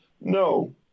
No